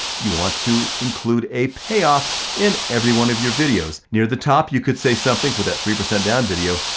you want to include a payoff in every one of your videos. near the top you could say something for that three percent down video,